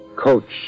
Coach